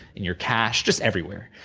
in your cache, just everywhere,